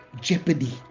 jeopardy